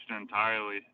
entirely